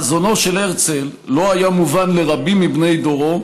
חזונו של הרצל לא היה מובן לרבים מבני דורו,